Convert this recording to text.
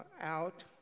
out